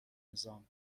نظام